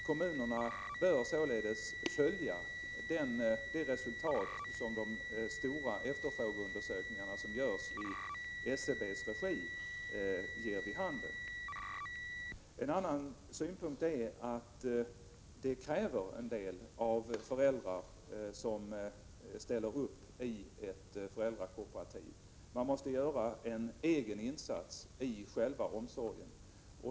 Kommunerna bör således följa de resultat som de stora efterfrågeundersökningar som görs i SCB:s regi redovisar. En annan synpunkt är att det krävs en hel del av föräldrar som ställer upp i ett föräldrakooperativ. Man måste göra en egen insats i själva omsorgen.